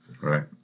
Right